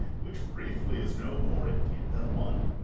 which briefly is no more, indeed, than one.